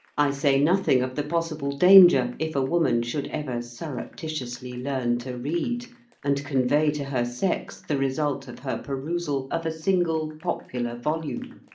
i say nothing of the possible danger if a woman should ever sur reptitiously learn to read and convey to her sex the result of her perusal of a single popular volume